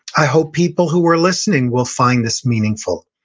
i hope people who are listening will find this meaningful.